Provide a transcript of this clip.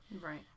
Right